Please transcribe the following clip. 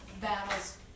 battles